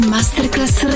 Masterclass